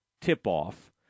tip-off